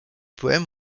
poèmes